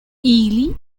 ili